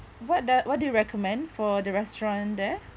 what the what do you recommend for the restaurant there